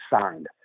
signed